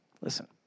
listen